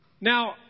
Now